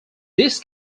this